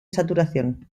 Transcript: saturación